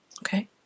Okay